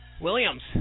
Williams